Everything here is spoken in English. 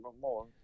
more